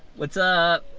what's up?